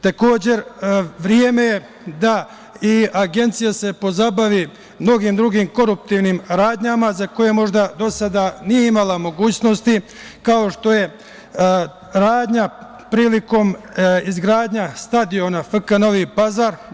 Takođe, vreme je da se i Agencija pozabavi mnogim drugim koruptivnim radnjama za koje možda do sada nije imala mogućnosti, kao što je radnja prilikom izgradnje stadiona FK Novi Pazar.